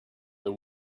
the